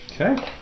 Okay